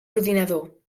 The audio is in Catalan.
ordinador